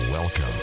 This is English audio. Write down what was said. Welcome